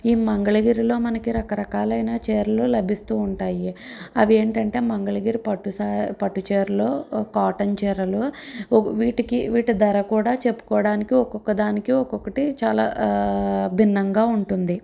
ఈ మంగళగిరిలో మనకి రకరకాలైన చీరలు లభిస్తూ ఉంటాయి అవి ఏంటంటే మంగళగిరి పట్టు సా పట్టుచీరలు కాటన్ చీరలు ఒక వీటికి వీటి ధర కూడా చెప్పుకోవడానికి ఒక్కొక్క దానికి ఒక్కొక్కటి చాలా భిన్నంగా ఉంటుంది